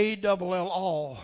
A-double-L-all